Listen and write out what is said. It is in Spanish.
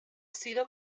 sido